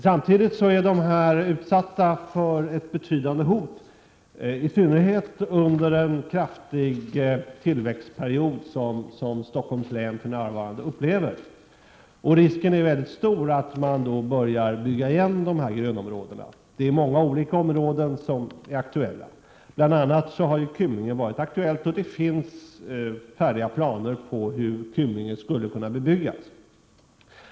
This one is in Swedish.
Samtidigt är dessa områden utsatta för ett betydande hot, i synnerhet under en så kraftig tillväxtperiod som den som Stockholms län för närvarande befinner sig i. Det är mycket stor risk för att grönområdena då kommer att byggas igen. Det är många olika områden som berörs av detta hot. BI. a. har Kymlinge varit aktuellt, och det finns färdiga planer som visar hur Kymlingeområdet skulle kunna bebyggas.